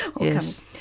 Yes